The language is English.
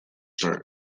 chart